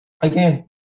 again